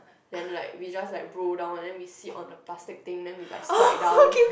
then like we just like roll down and then we sit on the plastic thing then we like slide down